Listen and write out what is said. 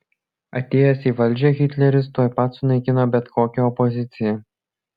atėjęs į valdžią hitleris tuoj pat sunaikino bet kokią opoziciją